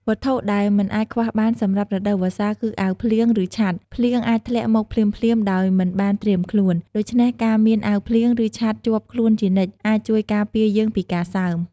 វត្ថុដែលមិនអាចខ្វះបានសម្រាប់រដូវវស្សាគឺ អាវភ្លៀង ឬ ឆ័ត្រ។ ភ្លៀងអាចធ្លាក់មកភ្លាមៗដោយមិនបានត្រៀមខ្លួន ដូច្នេះការមានអាវភ្លៀង ឬឆ័ត្រជាប់ខ្លួនជានិច្ច អាចជួយការពារយើងពីការសើម។